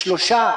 3?